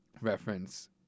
reference